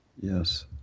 Yes